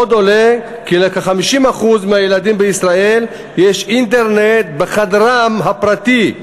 עוד עולה כי לכ-50% מהילדים בישראל יש אינטרנט בחדרם הפרטי,